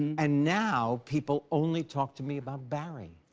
and now people only talk to me about barry.